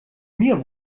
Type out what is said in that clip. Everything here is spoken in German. mir